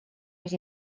mis